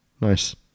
nice